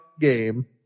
game